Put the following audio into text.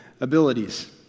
abilities